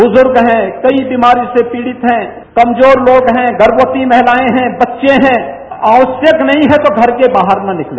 बुजुर्ग है कई बीमारियों से पीड़ित है कमजोर लोग है गर्मवती महिलाएं है बच्चे है आवश्यक नहीं है तो घर के बाहर न निकले